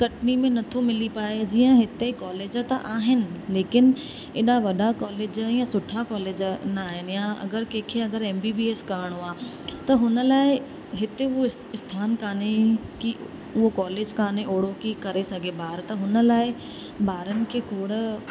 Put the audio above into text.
कटनी में नथो मिली पाए जीअं हिते कॉलेज त आहिनि लेकिन एडा वॾा कॉलेज ऐं सुठा कॉलेज न आहिनि या अगरि कंहिंखे अगरि एम बी बी एस करिणो आहे त हुन लाइ हिते हो स्थान कोन्हे कि उहो कॉलेज कोन्हे ओड़ो कि करे सघे ॿाहिरि त हुन लाइ ॿारनि खे खोड़